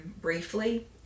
briefly